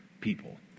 people